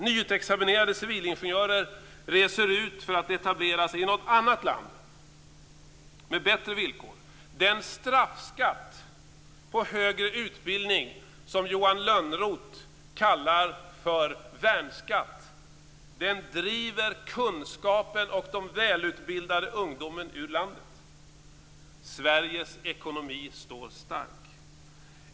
Nyutexaminerade civilingenjörer reser ut för att etablera sig i något annat land med bättre villkor. Den straffskatt på högre utbildning som Johan Lönnroth kallar värnskatt driver kunskapen och den välutbildade ungdomen ur landet. Sveriges ekonomi står stark.